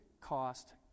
cost